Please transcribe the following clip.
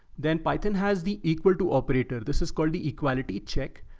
then python has the equal to operator. this is called the equality check.